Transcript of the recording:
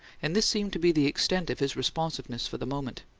and this seemed to be the extent of his responsiveness for the moment.